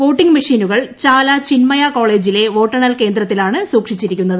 voting മെഷീനുകൾ ചിൻമയ കോളേജിലെ വോട്ടെണ്ണൽ കേന്ദ്രത്തിലാണ് ചാല സൂക്ഷിച്ചിരിക്കുന്നത്